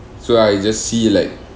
so I just see like